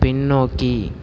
பின்னோக்கி